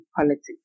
politics